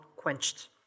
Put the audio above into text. quenched